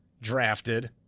drafted